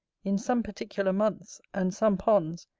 in some particular months, and some ponds,